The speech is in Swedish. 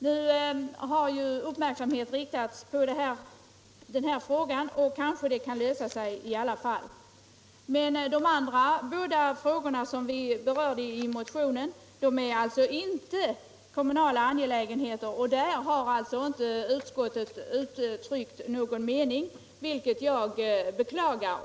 Nu har ju uppmärksamheten riktats på denna fråga och den kanske löser sig i alla fall. De två andra frågorna som vi berör i motionen är emellertid inte kommunala angelägenheter, men om dem har utskottet inte uttryckt någon mening, vilket jag beklagar.